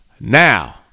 Now